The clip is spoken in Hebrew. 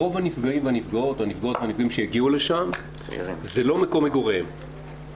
רוב הנפגעים והנפגעות שיגיעו לשם זה לא מקום מגוריהם.